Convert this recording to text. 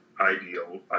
ideal